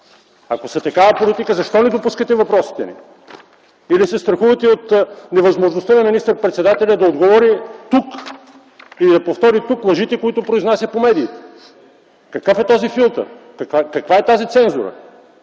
Ако са такава политика защо не допускате въпросите ни? Или се страхувате от невъзможността на министър-председателя да отговори тук и да повтори тук лъжите, които произнася по медиите?! Какъв е този филтър? Каква е тази цензура?